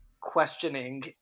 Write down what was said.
questioning